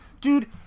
dude